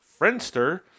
Friendster